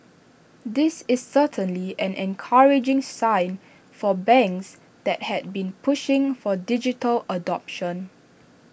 this is certainly an encouraging sign for banks that had been pushing for digital adoption